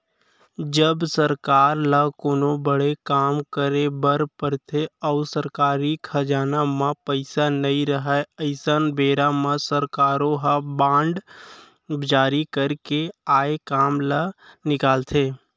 जब सरकार ल कोनो बड़े काम करे बर परथे अउ सरकारी खजाना म पइसा नइ रहय अइसन बेरा म सरकारो ह बांड जारी करके आए काम ल निकालथे